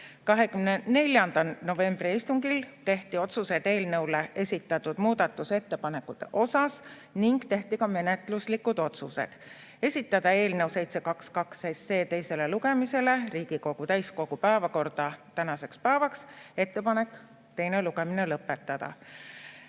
24. novembri istungil tehti otsused eelnõu muudatusettepanekute kohta ning tehti ka menetluslikud otsused: esitada eelnõu 722 teisele lugemisele Riigikogu täiskogu päevakorda tänaseks päevaks, ettepanek teine lugemine lõpetada.